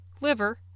liver